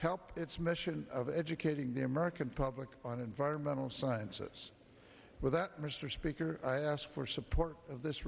help its mission of educating the american public on environmental sciences with that mr speaker i ask for support of this